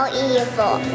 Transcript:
evil